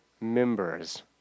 members